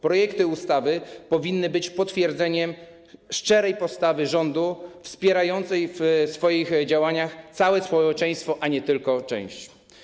Projekty ustawy powinny być potwierdzeniem szczerej postawy rządu wspierającej w swoich działaniach całe społeczeństwo, a nie tylko część.